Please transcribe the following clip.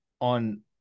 on –